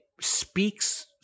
speaks